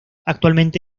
actualmente